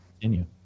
continue